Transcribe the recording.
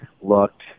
looked